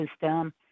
system